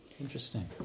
Interesting